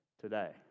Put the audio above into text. today